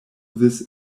this